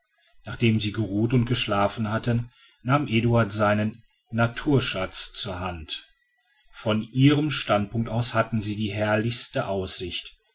nachdem sie geruht und geschlafen hatten nahm eduard seinen naturschatz zur hand von ihrem standpunkte aus hatten sie die herrlichste aussicht